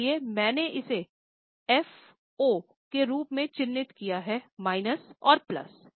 इसलिए मैंने इसे एफओ के रूप में चिह्नित किया है माइनस और प्लस